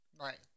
right